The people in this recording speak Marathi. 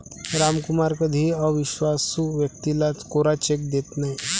रामकुमार कधीही अविश्वासू व्यक्तीला कोरा चेक देत नाही